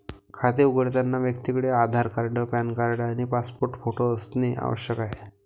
खाते उघडताना व्यक्तीकडे आधार कार्ड, पॅन कार्ड आणि पासपोर्ट फोटो असणे आवश्यक आहे